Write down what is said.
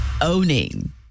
owning